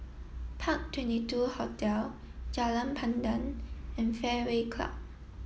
park Twenty Two Hotel Jalan Pandan and Fairway Club